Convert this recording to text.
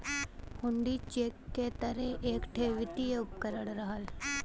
हुण्डी cheque के तरे एक ठे वित्तीय उपकरण रहल